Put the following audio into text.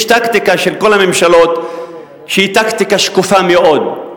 יש טקטיקה של כל הממשלות, שהיא טקטיקה שקופה מאוד,